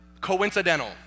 coincidental